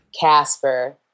Casper